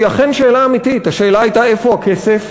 והיא אכן שאלה אמיתית, השאלה הייתה, איפה הכסף?